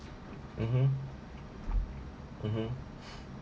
mmhmm mmhmm